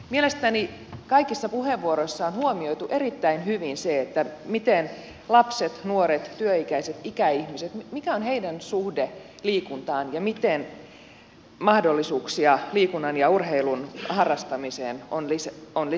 mielestäni kaikissa puheenvuoroissa on huomioitu erittäin hyvin se että miten lapset nuoret työikäiset ikäihmiset mikä on lasten nuorten työikäisten ikäihmisten suhde liikuntaan ja miten mahdollisuuksia liikunnan ja urheilun harrastamiseen on lisättävä